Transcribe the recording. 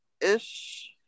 Ish